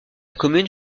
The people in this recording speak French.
commune